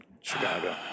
Chicago